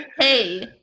Hey